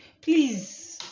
please